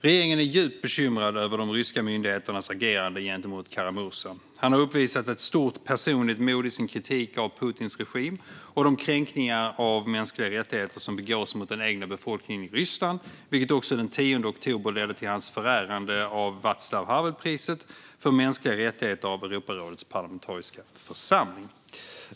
Regeringen är djupt bekymrad över de ryska myndigheternas agerande gentemot Kara-Murza. Han har uppvisat ett stort personligt mod i sin kritik av Putins regim och de kränkningar av mänskliga rättigheter som begås mot den egna befolkningen i Ryssland, vilket också den 10 oktober ledde till hans förärande av Václav Havel-priset för mänskliga rättigheter av Europarådets parlamentariska församling.